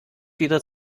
wieder